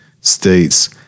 states